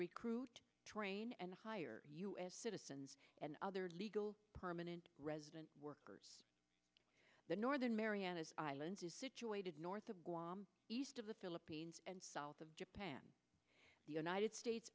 recruit train and hire us citizens and other legal permanent resident workers the northern marianas islands is situated north of guam east of the philippines and south of japan the united states